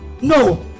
No